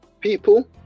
people